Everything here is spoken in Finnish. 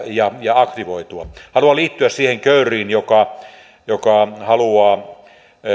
ja ja aktivoitua haluan liittyä siihen kööriin joka joka haluaa